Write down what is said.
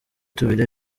tubiri